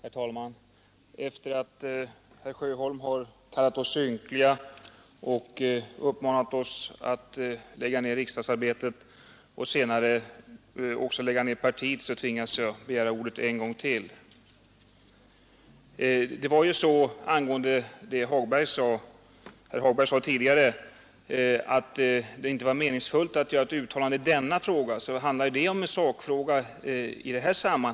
Herr talman! Efter det att herr Sjöholm har kallat oss ynkliga och uppmanat oss att lägga ned riksdagsarbetet och senare även partiet tvingas jag begära ordet en gång till. Herr Hagberg sade tidigare att det inte var meningsfullt att göra ett uttalande i sakfrågan.